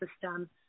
system